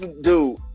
Dude